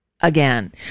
again